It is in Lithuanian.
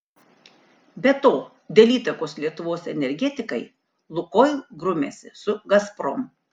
be to dėl įtakos lietuvos energetikai lukoil grumiasi su gazprom